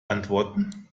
antworten